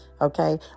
okay